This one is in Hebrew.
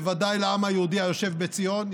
בוודאי לעם היהודי היושב בציון,